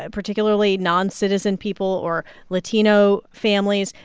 ah particularly noncitizen people or latino families,